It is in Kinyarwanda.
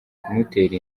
kumutera